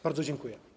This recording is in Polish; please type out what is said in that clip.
Bardzo dziękuję.